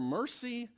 mercy